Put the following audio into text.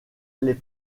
les